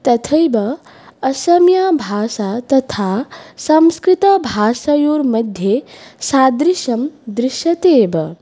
तथैव असमीयभाषा तथा संस्कृतभाषयोर्मध्ये सादृश्यं दृश्यते एव